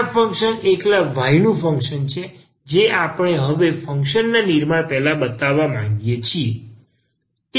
આ ફંક્શન એકલા y નું ફંક્શન છે જે આપણે હવે ફંક્શનના નિર્માણ પહેલા બતાવવા માંગીએ છે